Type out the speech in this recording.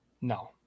No